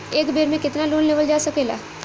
एक बेर में केतना लोन लेवल जा सकेला?